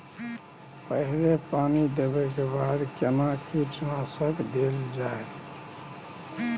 पहिले पानी देबै के बाद केना कीटनासक देल जाय?